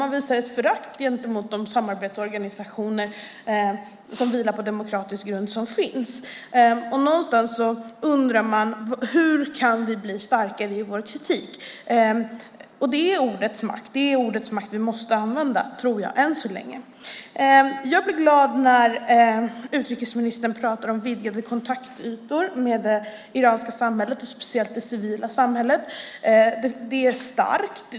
Man visar ett förakt gentemot de samarbetsorganisationer som finns som vilar på demokratisk grund. Hur kan vi bli starkare i vår kritik? Det är ordets makt vi måste använda - än så länge. Jag blir glad när utrikesministern talar om vidgade kontaktytor med det iranska samhället, speciellt det civila samhället. Det är starkt.